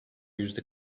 yüzde